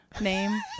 name